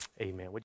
Amen